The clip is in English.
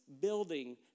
building